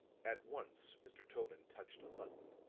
at once mr. tobin touched a button.